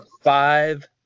five